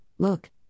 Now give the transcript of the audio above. look